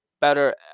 better